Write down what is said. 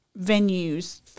venues